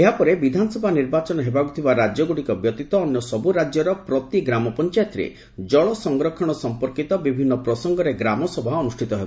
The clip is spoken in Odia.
ଏହା ପରେ ବିଧାନସଭା ନିର୍ବାଚନ ହେବାକୁ ଥିବା ରାଜ୍ୟଗୁଡ଼ିକ ବ୍ୟତୀତ ଅନ୍ୟସବୁ ରାଜ୍ୟର ପ୍ରତି ଗ୍ରାମପଞ୍ଚାୟତରେ ଜଳସଂରକ୍ଷଣ ସମ୍ପର୍କିତ ବିଭିନ୍ନ ପ୍ରସଙ୍ଗରେ ଗ୍ରାମସଭା ଅନୁଷ୍ଠିତ ହେବ